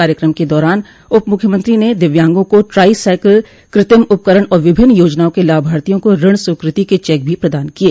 कार्यक्रम के दौरान उप मख्यमंत्री ने दिव्यांगों को ट्राई साइकिल कृत्रिम उपकरण और विभिन्न योजनाओं के लाभार्थियों को ऋण स्वीकृति के चेक भी प्रदान किये